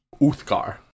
Uthgar